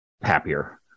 happier